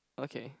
okay